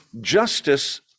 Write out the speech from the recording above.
justice